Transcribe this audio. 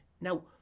Now